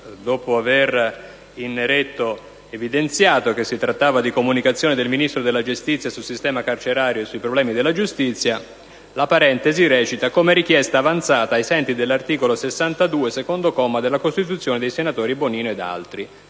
Dopo aver evidenziato, in neretto, che si tratta di comunicazioni del Ministro della giustizia sul sistema carcerario e sui problemi della giustizia, nella parentesi si legge: «Come da richiesta avanzata, ai sensi dell'articolo 62, secondo comma, della Costituzione, dai senatori Bonino ed altri».